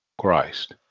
Christ